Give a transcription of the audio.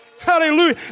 Hallelujah